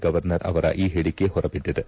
governor ಅವರ ಈ ಹೇಳಿಕೆ ಹೊರಬಿದ್ದಿದೆ